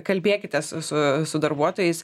kalbėkitės su su darbuotojais